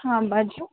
हाँ बाजू